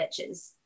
bitches